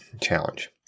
challenge